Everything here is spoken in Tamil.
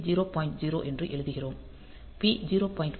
0 என்று எழுதுகிறோம் பி 0